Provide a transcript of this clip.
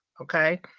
Okay